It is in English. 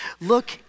Look